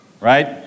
right